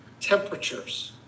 temperatures